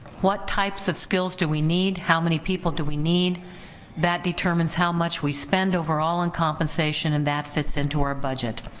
what types of skills do we need, how many people do we need that determines how much we spend overall in compensation? and that fits into our budget